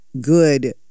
good